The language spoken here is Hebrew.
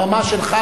הבמה שלך,